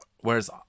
Whereas